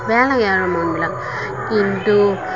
বেয়া লাগে আৰু মনবিলাক কিন্তু